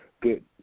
good